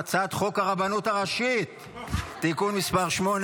הצעת חוק הרבנות הראשית (תיקון מס' 8),